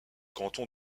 canton